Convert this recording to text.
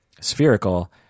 spherical